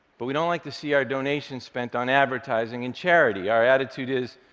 but we don't like to see our donations spent on advertising in charity. our attitude is,